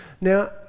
Now